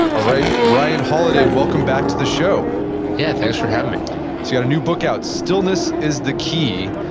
all right, ryan holiday, welcome back to the show yeah, thanks for having me so, you've got a new book out, stillness is the key,